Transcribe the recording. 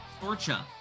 Sorcha